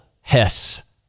Hess